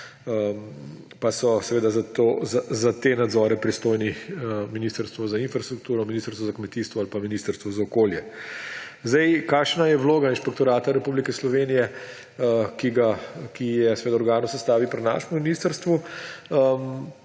pa so za te nadzore pristojna ministrstvo za infrastrukturo, ministrstvo za kmetijstvo ali pa ministrstvo za okolje. Kakšna je vloga inšpektorata Republike Slovenije, ki je organ v sestavi pri našem ministrstvu?